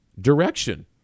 direction